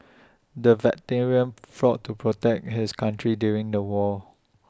the veteran fought to protect his country during the war